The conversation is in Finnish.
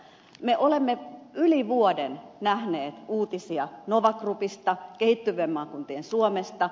me olemme yli vuoden nähneet uutisia nova groupista kehittyvien maakuntien suomesta